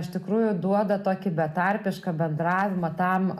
iš tikrųjų duoda tokį betarpišką bendravimą tam